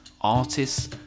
artists